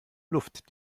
luft